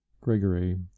gregory